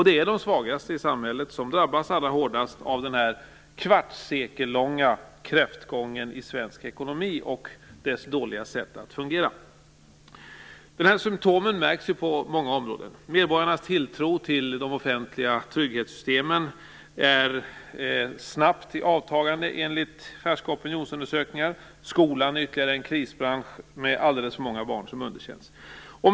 Det är de svagaste i samhället som drabbas allra hårdast av den här kvartssekellånga kräftgången i svensk ekonomi och dess dåliga sätt att fungera. Symtomen märks på många områden. Medborgarnas tilltro till de offentliga trygghetssystemen är snabbt i avtagande enligt färska opinionsundersökningar. Skolan är ytterligare en krisbransch, med alldeles för många barn som underkänns.